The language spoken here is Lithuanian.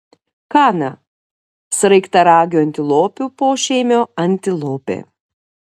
kana sraigtaragių antilopių pošeimio antilopė